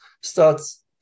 starts